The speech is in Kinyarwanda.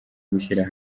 gushyira